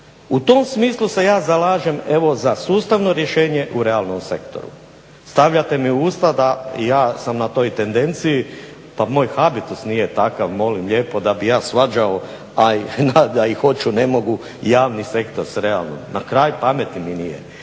U tom smislu se ja zalažem evo za sustavno rješenje u realnom sektoru. Stavljate mi u usta da ja sam na toj tendenciji. Pa moj habitus nije takav, molim lijepo, da bi ja svađao a i da hoću ne mogu javni sektor s realnim. Na kraj pameti mi nije.